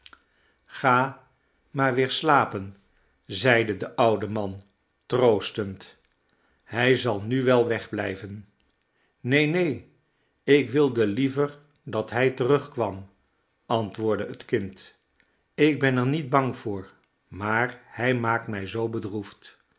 ga maar weer slapen zeide de oude man troostend hij zal nu wel wegblijven neen neen ik wilde liever dat hij terugkwam antwoordde het kind ik ben er niet bang voor maar hij maakt mij zoo bedroefd